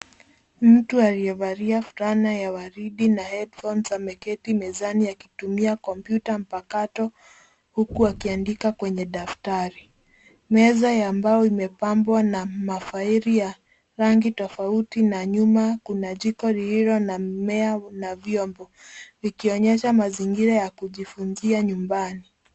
Mtu aliyevalia fulana ya waridi na headphones ameketi mezani akitumia kompyuta mapakato huku akiandika kwenye daftari. Meza ya mbao imepambwa na mafaili ya rangi tofauti na nyuma kuna jiko lililo na mmea na vyombo likionyesha mazingira ya kujifunzia nyumbani.